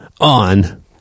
on